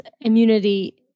immunity